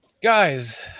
Guys